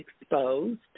exposed